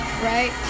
Right